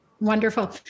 Wonderful